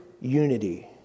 unity